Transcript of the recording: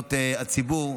קבילות הציבור.